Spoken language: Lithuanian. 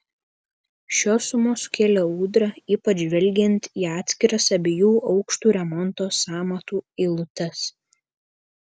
šios sumos sukėlė audrą ypač žvelgiant į atskiras abiejų aukštų remonto sąmatų eilutes